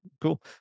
cool